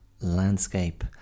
landscape